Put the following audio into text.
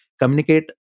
communicate